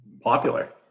Popular